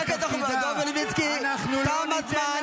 בושה --- חבר הכנסת, סגור את האירוע.